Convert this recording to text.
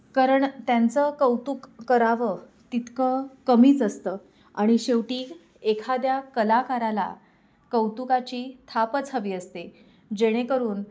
कारण त्यांचं कौतुक करावं तितकं कमीच असतं आणि शेवटी एखाद्या कलाकाराला कौतुकाची थापच हवी असते जेणेकरून